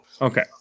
Okay